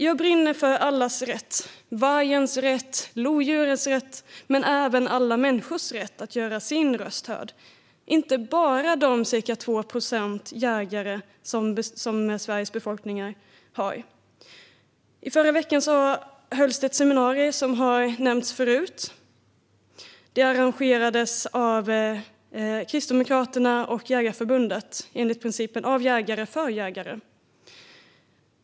Jag brinner för allas rätt - vargens rätt, lodjurets rätt men även alla människors rätt - att göra sin röst hörd, inte bara de ca 2 procent av Sveriges befolkning som är jägare. Förra veckan hölls ett seminarium, vilket har nämnts förut. Det arrangerades av Kristdemokraterna och Jägareförbundet under principen "av jägare för jägare".